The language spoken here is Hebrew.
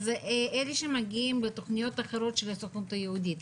אלה שמגיעים בתוכניות אחרות של הסוכנות היהודית,